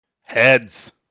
Heads